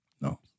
No